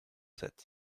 sept